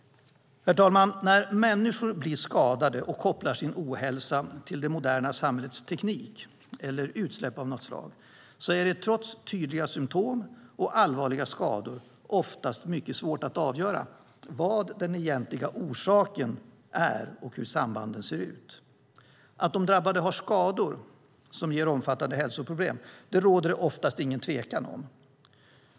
Herr talman! När människor blir skadade och kopplar sin ohälsa till det moderna samhällets teknik eller utsläpp av något slag är det trots tydliga symtom och allvarliga skador oftast mycket svårt att avgöra vad den egentliga orsaken är och hur sambanden ser ut. Att de drabbade har skador som ger omfattande hälsoproblem råder det oftast ingen tvekan om.